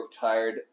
tired